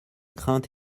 crainte